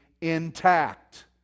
intact